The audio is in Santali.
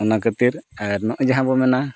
ᱚᱱᱟ ᱠᱷᱟᱹᱛᱤᱨ ᱟᱨ ᱱᱚᱜᱼᱚᱸᱭ ᱡᱟᱦᱟᱸ ᱵᱚᱱ ᱢᱮᱱᱟ